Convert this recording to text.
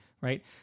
right